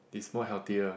is more healthier